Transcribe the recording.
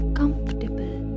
comfortable